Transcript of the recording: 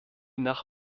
nach